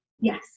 Yes